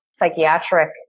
psychiatric